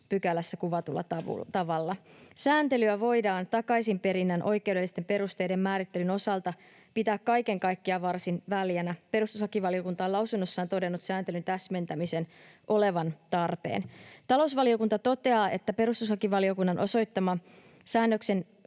22 §:ssä kuvatulla tavalla. Sääntelyä voidaan takaisinperinnän oikeudellisten perusteiden määrittelyn osalta pitää kaiken kaikkiaan varsin väljänä. Perustuslakivaliokunta on lausunnossaan todennut sääntelyn täsmentämisen olevan tarpeen. Talousvaliokunta toteaa, että perustuslakivaliokunnan osoittamat säännöksen